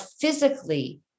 physically